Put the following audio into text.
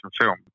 film